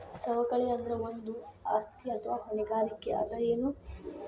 ಸವಕಳಿ ಅಂದ್ರ ಒಂದು ಆಸ್ತಿ ಅಥವಾ ಹೊಣೆಗಾರಿಕೆ ಅದ ಎನು?